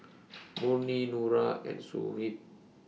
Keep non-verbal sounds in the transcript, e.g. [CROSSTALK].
[NOISE] Murni Nura and Shuib